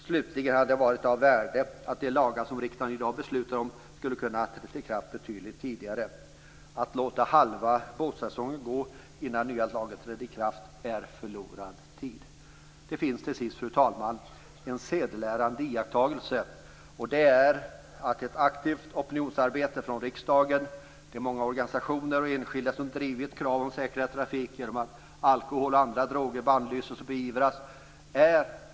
Slutligen vill jag säga att det hade varit av värde om de lagar som riksdagen i dag beslutar om skulle ha kunnat träda i kraft betydligt tidigare. Att låta halva båtsäsongen gå innan den nya lagen träder i kraft är förlorad tid. Det finns till sist, fru talman, en sedelärande iakttagelse att göra, och det är att ett aktivt opinionsarbete från riksdagen och från många organisationer och enskilda som drivit krav om säkrare trafik genom att påverkan av alkohol och andra droger bannlyses och beivras har gett framgång.